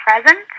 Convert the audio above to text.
present